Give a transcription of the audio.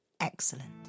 Excellent